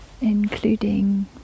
including